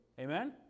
Amen